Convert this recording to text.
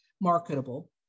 marketable